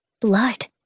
Blood